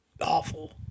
awful